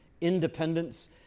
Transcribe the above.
independence